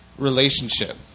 relationship